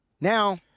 Now –